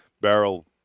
barrel